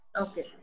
Okay